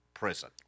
prison